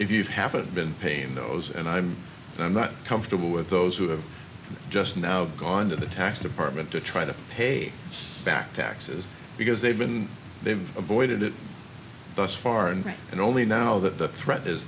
if you haven't been paying those and i'm not comfortable with those who have just now gone to the tax department to try to pay back taxes because they've been they've avoided it thus far and right and only now that the threat is